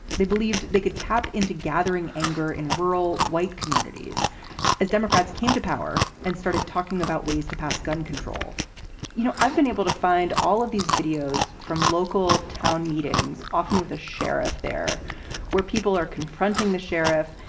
they believed they could tap into gathering anger in rural white communities as democrats came to power and started talking about ways to pass gun control you know, i've been able to find all of these videos from local town meetings, often with a sheriff there where people are confronting the sheriff,